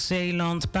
Zeeland